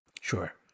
Sure